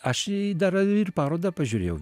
aš į dar ir parodą pažiūrėjau